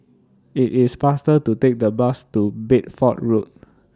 IT IS faster to Take The Bus to Bedford Road